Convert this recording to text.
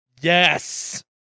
Yes